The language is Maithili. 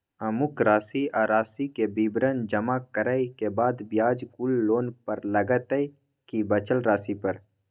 अमुक राशि आ राशि के विवरण जमा करै के बाद ब्याज कुल लोन पर लगतै की बचल राशि पर?